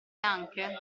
anche